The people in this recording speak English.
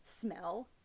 smell